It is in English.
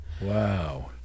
Wow